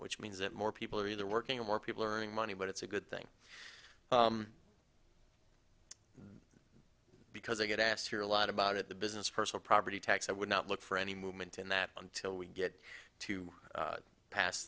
which means that more people are either working or more people earning money but it's a good thing because i get asked here a lot about it the business personal property tax i would not look for any movement in that until we get to pass